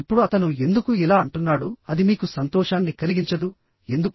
ఇప్పుడు అతను ఎందుకు ఇలా అంటున్నాడు అది మీకు సంతోషాన్ని కలిగించదు ఎందుకు